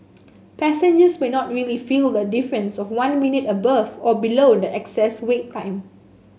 passengers may not really feel the difference of one minute above or below the excess wait time